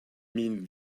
mean